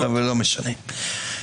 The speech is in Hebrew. לא משנה.